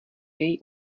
její